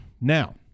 Now